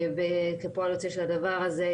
וכפועל יוצא של הדבר הזה,